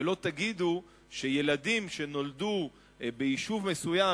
ולא תגידו שילדים שנולדו ביישוב מסוים,